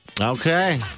Okay